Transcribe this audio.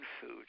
food